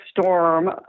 storm